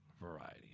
variety